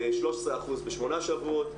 ל-13% בשמונה שבועות,